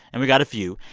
and we got a few,